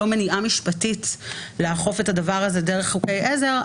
מניעה משפטית לאכוף את הדבר הזה דרך חוקי עזר,